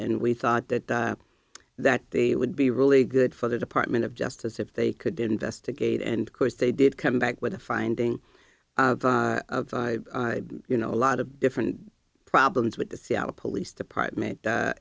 and we thought that that they would be really good for the department of justice if they could investigate and course they did come back with a finding of you know a lot of different problems with the seattle police department